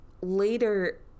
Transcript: later